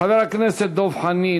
חבר הכנסת דב חנין,